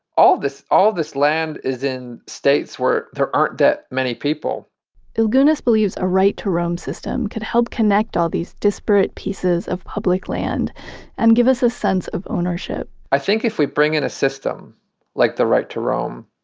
all of this all of this land is in states where there aren't that many people illgunas believes a right to roam system could help connect all these disparate pieces of public land and give us a sense ownership i think if we bring in a system like the right to roam,